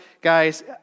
guys